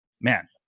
man